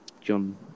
John